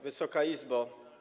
Wysoka Izbo!